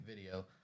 video